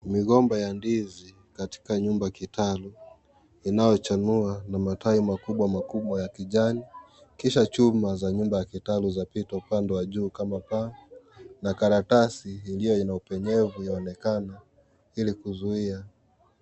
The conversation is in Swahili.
Migomba ya ndizi katika nyumba kitalu. Inayochanua na matawi makubwa makubwa ya kijani. Kisha chuma za nyumba ya kitalu zapita upande wa juu kama paa na karatasi iliyo na upenyevu yaonekana ili kuzuia.